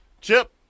chip